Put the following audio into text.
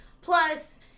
Plus